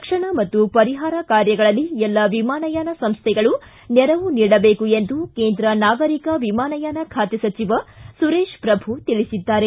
ರಕ್ಷಣಾ ಮತ್ತು ಪರಿಹಾರ ಕಾರ್ಯಗಳಲ್ಲಿ ಎಲ್ಲ ವಿಮಾನಯಾನ ಸಂಸ್ಥೆಗಳು ನೆರವು ನೀಡಬೇಕು ಎಂದು ಕೇಂದ್ರ ನಾಗರಿಕ ವಿಮಾನಯಾನ ಖಾತೆ ಸಚಿವ ಸುರೇಶಪ್ರಭು ತಿಳಿಸಿದ್ದಾರೆ